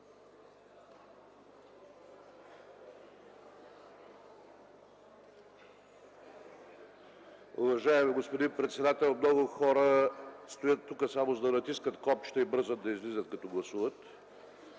Уважаеми господин председател, много хора стоят тук, само за да натискат копчето и бързат да излизат като гласуват.